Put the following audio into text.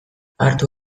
hartu